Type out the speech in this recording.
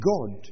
God